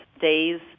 days